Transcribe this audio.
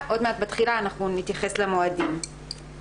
וממילא גם יש עליהם הרבה אחריות.